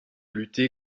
lutter